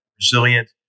resilient